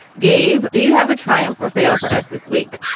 gabe. do you have a triumph or fail for us this week?